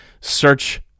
Search